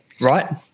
right